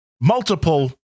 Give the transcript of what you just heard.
multiple